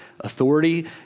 Authority